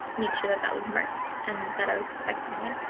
make sure that that was marked and that i was expecting it.